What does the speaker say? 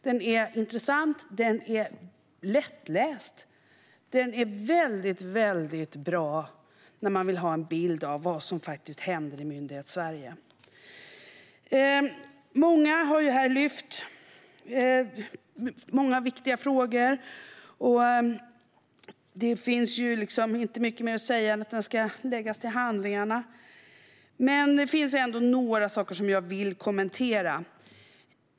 Den är intressant, lättläst och väldigt bra när man vill ha en bild av vad som händer i Myndighetssverige. Många har lyft upp flera viktiga frågor, och det finns inte mycket mer att säga än att detta ska läggas till handlingarna. Men det finns ändå några saker som jag vill kommentera.